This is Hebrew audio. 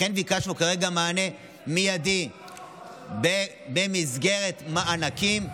לכן ביקשנו כרגע מענה מיידי במסגרת מענקים.